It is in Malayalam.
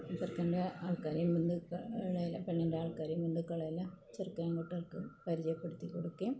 ചെറുക്കൻ്റെ ആൾക്കാരെയും ബന്ധുക്കളെയെല്ലാം പെണ്ണിൻ്റെ ആൾക്കാരെയും ബന്ധുക്കളെയെല്ലാം ചെറുക്കൻ കൂട്ടർക്ക് പരിചയപ്പെടുത്തി കൊടുക്കുകയും